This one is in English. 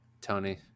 Tony